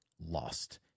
lost